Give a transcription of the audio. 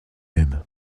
aimes